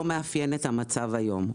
לא מאפיינת את המצב היום.